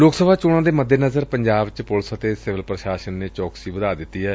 ਲੋਕ ਸਭਾ ਚੋਣਾਂ ਦੇ ਮੱਦੇਨਜ਼ਰ ਪੰਜਾਬ ਚ ਪੁਲਿਸ ਅਤੇ ਸਿਵਲ ਪ੍ਸ਼ਾਸਨ ਨੇ ਚੌਕਸੀ ਵਧਾ ਦਿੱਤੀ ਏ